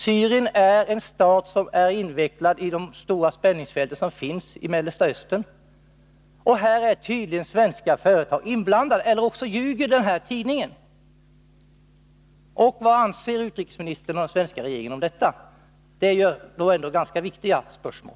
Syrien är en stat som är invecklad i de stora spänningsfält som finns i Mellersta Östern. Här är tydligen svenska företag inblandade — eller också ljuger den här tidningen. Vad anser utrikesministern och den svenska regeringen om detta? Det är ändå ganska viktiga spörsmål.